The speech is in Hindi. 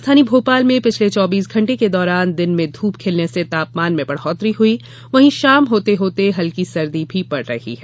राजधानी भोपाल में पिछले चौबीस घंटे के दौरान दिन में धूप खिलने से तापमान में बढ़ोत्तरी हुई वहीं शाम होते होते हल्की सर्दी भी पड़ रही है